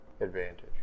advantage